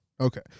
Okay